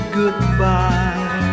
goodbye